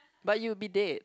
but you will be dead